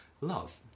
love